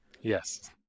Yes